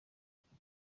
afite